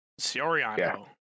Sioriano